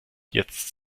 jetzt